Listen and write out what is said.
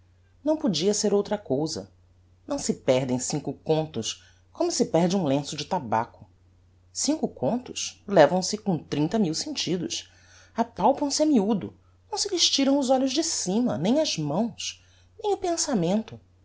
não podia ser outra cousa não se perdem cinco contos como se perde um lenço de tabaco cinco contos levam se com trinta mil sentidos apalpam se a miudo não se lhes tiram os olhos de cima nem as mãos nem o pensamento